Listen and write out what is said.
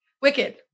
Wicked